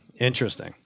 Interesting